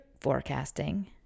forecasting